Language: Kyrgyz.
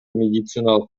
медициналык